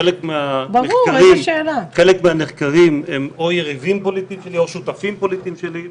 חלק מהנחקרים הם יריבים או שותפים פוליטיים שלי,